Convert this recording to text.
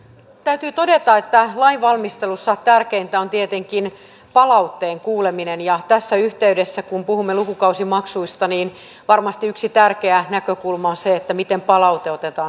täytyy todeta että lainvalmistelussa tärkeintä on tietenkin palautteen kuuleminen ja tässä yhteydessä kun puhumme lukukausimaksuista niin varmasti yksi tärkeä näkökulma on se miten palaute otetaan huomioon